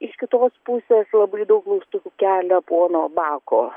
iš kitos pusės labai daug klaustukų kelia pono bako